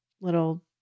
little